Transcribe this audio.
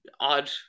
odd